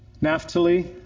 Naphtali